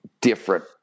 different